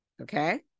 Okay